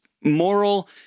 moral